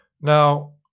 Now